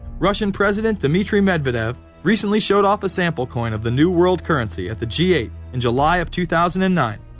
russian president dmitry medvedev recently showed off a sample coin. of the new world currency at the g eight in july of two thousand and nine.